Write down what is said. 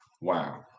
Wow